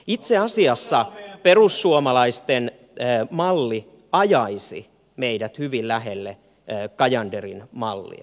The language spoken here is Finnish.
itse asiassa perussuomalaisten malli ajaisi meidät hyvin lähelle cajanderin mallia